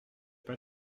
pas